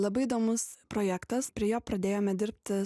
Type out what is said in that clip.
labai įdomus projektas prie jo pradėjome dirbti